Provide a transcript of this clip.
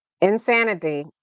insanity